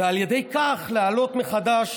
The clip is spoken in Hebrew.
"ועל ידי כך להעלות מחדש